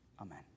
amen